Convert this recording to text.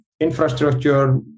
infrastructure